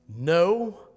no